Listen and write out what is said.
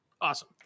Awesome